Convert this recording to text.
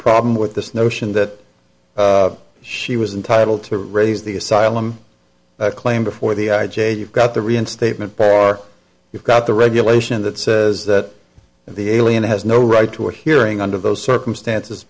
problem with this notion that she was entitle to raise the asylum claim before the i j a you've got the reinstatement pad or you've got the regulation that says that the alien has no right to a hearing under those circumstances